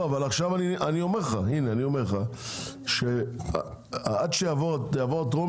אבל אני אומר לך שעד שזה יעבור בטרומית,